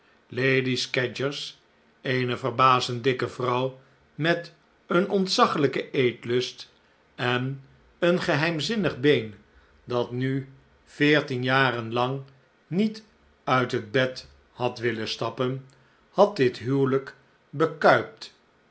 lady scadgers eene verbazend dikke vrouw met een ontzaglijken eetlust en een geheimzinnig been dat nu veertien jaren lang niet uit het bed had willen stappen had dit huwelijk bekuipt